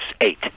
eight